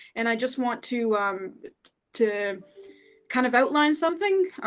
and i just want to to kind of outline something.